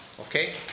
Okay